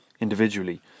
individually